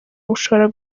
bushobora